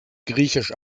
griechisch